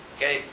Okay